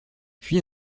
puis